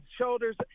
shoulders